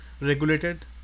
regulated